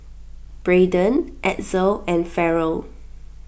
Braydon Edsel and Farrell